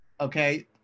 okay